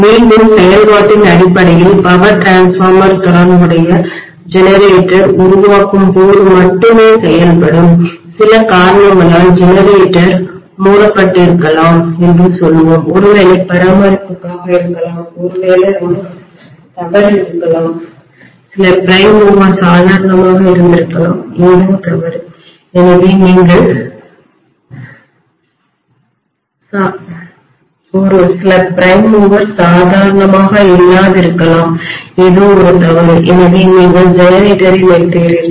மீண்டும் செயல்பாட்டின் அடிப்படையில் பவர் டிரான்ஸ்ஃபார்மர் தொடர்புடைய ஜெனரேட்டர் உருவாக்கும் போது மட்டுமே செயல்படும் சில காரணங்களால் ஜெனரேட்டர் மூடப்பட்டிருக்கலாம் என்று சொல்லுவோம் ஒருவேளை பராமரிப்புக்காக இருக்கலாம் ஒருவேளை ஒரு தவறு இருக்கலாம் சில பிரைம் மூவர் சாதாரணமாக இல்லாதிருக்கலாம் ஏதோ தவறு எனவே நீங்கள் ஜெனரேட்டரை நிறுத்துகிறீர்கள்